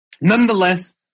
nonetheless